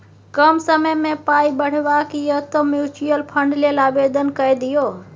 कम समयमे पाय बढ़ेबाक यै तँ म्यूचुअल फंड लेल आवेदन कए दियौ